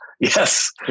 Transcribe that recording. Yes